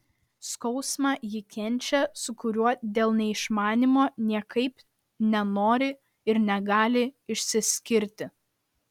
skausmą ji kenčia su kuriuo dėl neišmanymo niekaip nenori ir negali išsiskirti